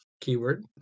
keyword